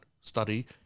study